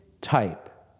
type